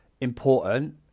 important